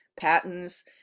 patents